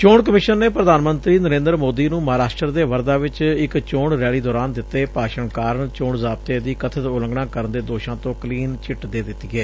ਚੋਣ ਕਮਿਸ਼ਨ ਨੇ ਪ੍ਰਧਾਨ ਮੰਤਰੀ ਨਰੇਂਦਰ ਮੋਦੀ ਨੂੰ ਮਹਾਂਰਾਸ਼ਟਰ ਦੇ ਵਰਧਾ ਵਿਚ ਇਕ ਚੋਣ ਰੈਲੀ ਦੌਰਾਨ ਦਿਤੇ ਭਾਸ਼ਣ ਚ ਚੋਣ ਜ਼ਾਬਤੇ ਦੀ ਕਬਿਤ ਉਲੰਘਣਾ ਕਰਨ ਦੇ ਦੋਸ਼ਾਂ ਤੋਂ ਕਲੀਨ ਚਿੱਟ ਦੇ ਦਿੱਤੀ ਏ